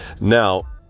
Now